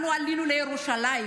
אנחנו עלינו לירושלים.